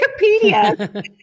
Wikipedia